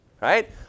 right